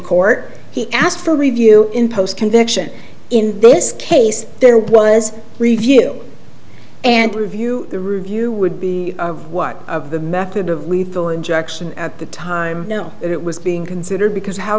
court he asked for review in post conviction in this case there was review and review the review would be one of the method of lethal injection at the time now that it was being considered because how